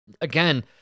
Again